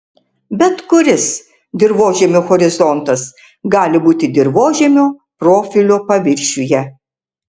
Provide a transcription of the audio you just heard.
bet kuris dirvožemio horizontas gali būti dirvožemio profilio paviršiuje